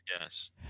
Yes